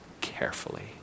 carefully